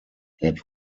had